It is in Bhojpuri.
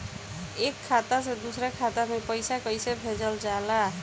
एक खाता से दूसरा खाता में पैसा कइसे भेजल जाला?